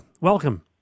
welcome